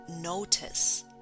notice